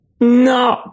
No